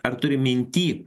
ar turim minty